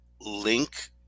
link